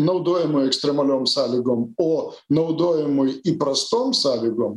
naudojamui ekstremaliom sąlygom o naudojimui įprastom sąlygom